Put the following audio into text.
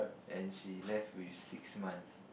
and she left with six months